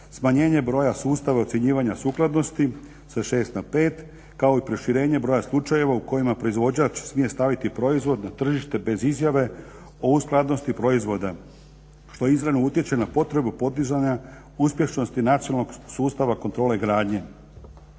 Smanjenje broja sustava i ocjenjivanja sukladnosti sa 6 na 5 kao i proširenje broja slučajeva u kojima proizvođač smije staviti proizvod na tržište bez izjave o uskladnosti proizvoda. Što izravno utječe na potrebu podizanja uspješnosti nacionalnog sustava kontrole gradnje.